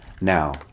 Now